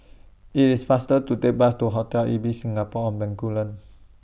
IT IS faster to Take Bus to Hotel Ibis Singapore on Bencoolen